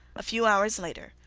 a few hours later,